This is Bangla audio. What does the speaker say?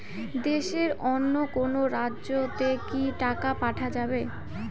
দেশের অন্য কোনো রাজ্য তে কি টাকা পাঠা যাবে?